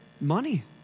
money